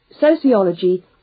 Sociology